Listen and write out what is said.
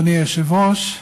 אדוני היושב-ראש,